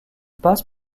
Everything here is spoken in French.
passe